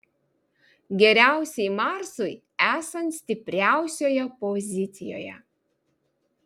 geriausiai marsui esant stipriausioje pozicijoje